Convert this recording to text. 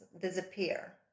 disappear